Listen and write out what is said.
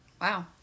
Wow